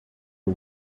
him